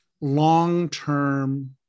long-term